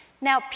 Now